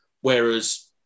Whereas